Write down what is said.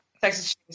Texas